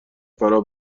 فرا